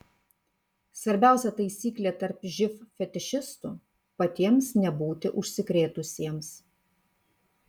svarbiausia taisyklė tarp živ fetišistų patiems nebūti užsikrėtusiems